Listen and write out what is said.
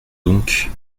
donc